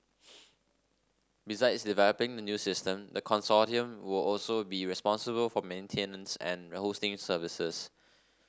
besides developing the new system the consortium will also be responsible for maintenance and hosting services